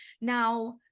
now